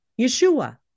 Yeshua